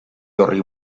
horri